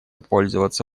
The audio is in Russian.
пользоваться